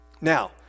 Now